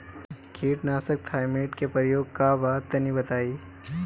कीटनाशक थाइमेट के प्रयोग का बा तनि बताई?